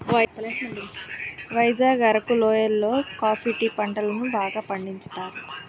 వైజాగ్ అరకు లోయి లో coffee tea పంటలను బాగా పండించుతారు